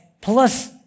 plus